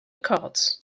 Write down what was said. records